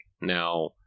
now